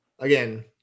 Again